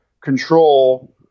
control